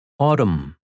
Autumn